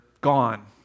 gone